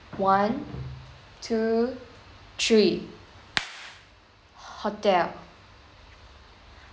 one two three hotel